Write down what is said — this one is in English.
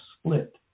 split